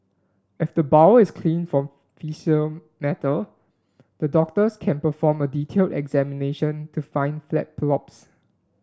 if the bowel is clean for faecal matter the doctors can perform a detailed examination to find flat polyps